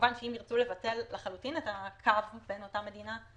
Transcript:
כמובן שאם ירצו לבטל לחלוטין את הקו בין אותה מדינה,